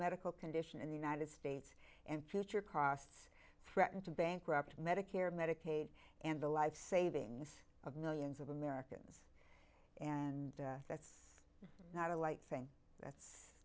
medical condition in the united states and future costs threaten to bankrupt medicare medicaid and the life savings of millions of americans and that's not a light thing